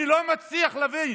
אני לא מצליח להבין.